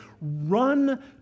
Run